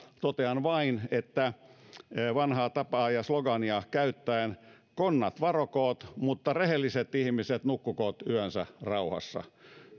totean vain vanhaa tapaa ja slogania käyttäen että konnat varokoot mutta rehelliset ihmiset nukkukoot yönsä rauhassa